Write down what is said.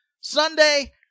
Sunday